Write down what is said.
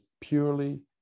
purely